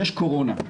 יש קורונה.